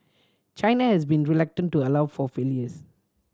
China has been reluctant to allow for failures